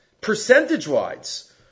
percentage-wise